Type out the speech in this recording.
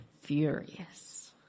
furious